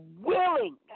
willing